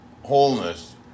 wholeness